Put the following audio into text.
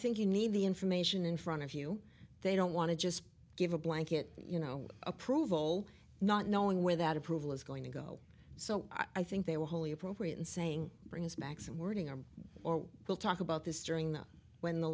think you need the information in front of you they don't want to just give a blanket you know approval not knowing without approval is going to go so i think they were wholly appropriate in saying bring us back some wording or or we'll talk about this during the when the